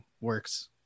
works